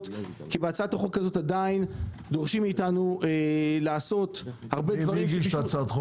כי בהצעת החוק הזו עדיין דורשים מאתנו לעשות הרבה- -- מי הגיש אותה?